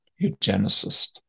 eugenicist